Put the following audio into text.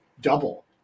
double